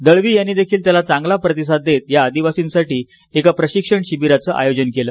दळवी यांनी देखील त्याला चांगला प्रतिसाद देत या आदिवासींसाठी एका प्रशिक्षण शिबिराचा आयोजन केलं